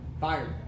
Fired